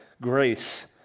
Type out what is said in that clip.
grace